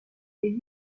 est